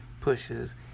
pushes